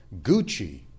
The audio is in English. Gucci